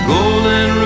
Golden